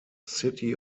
city